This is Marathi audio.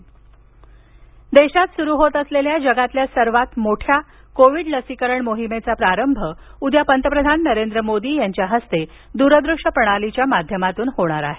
पंतप्रधान लसीकरण देशात सुरू होत असलेल्या जगातल्या सर्वात मोठ्या कोविड लसीकरण मोहिमेचा प्रारंभ उद्या पंतप्रधान नरेंद्र मोदी यांच्या हस्ते दूरदूश्य प्रणालीच्या माध्यमातून होणार आहे